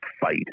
fight